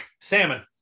Salmon